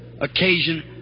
occasion